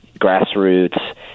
grassroots